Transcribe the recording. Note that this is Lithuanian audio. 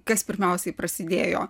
kas pirmiausiai prasidėjo